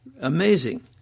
Amazing